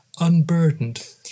unburdened